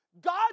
God